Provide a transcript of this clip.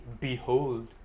behold